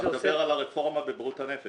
אתה מדבר על הרפורמה בבריאות הנפש.